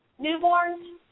newborns